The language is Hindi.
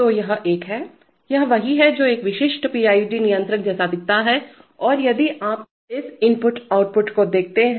तो यह एक है यह वही है जो एक विशिष्ट पीआईडी नियंत्रक जैसा दिखता है और यदि आप इस इनपुट आउटपुट को देखते हैं